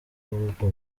ubwo